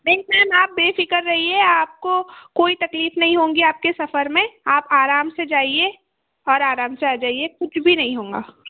नहीं मैम अप् बेफिक्र रहिए आप आपको कोई तकलीफ नही होंगी आपके सफर में आप आराम से जाइये और आराम से आ जाइये कुछ भी नहीं होंगा